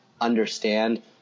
understand